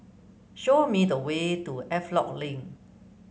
show me the way to Havelock Link